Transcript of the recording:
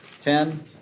ten